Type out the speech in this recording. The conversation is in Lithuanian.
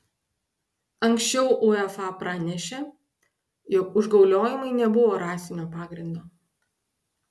anksčiau uefa pranešė jog užgauliojimai nebuvo rasinio pagrindo